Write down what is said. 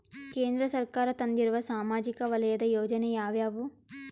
ಕೇಂದ್ರ ಸರ್ಕಾರ ತಂದಿರುವ ಸಾಮಾಜಿಕ ವಲಯದ ಯೋಜನೆ ಯಾವ್ಯಾವು?